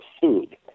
food